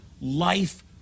life